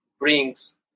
brings